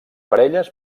parelles